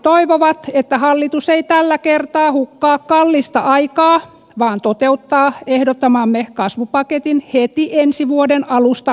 perussuomalaiset toivovat että hallitus ei tällä kertaa hukkaa kallista aikaa vaan toteuttaa ehdottamamme kasvupaketin heti ensi vuoden alusta lähtien